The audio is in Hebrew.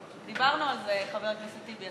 דיברנו על זה, חבר הכנסת טיבי.